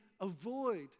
avoid